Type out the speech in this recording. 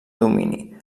domini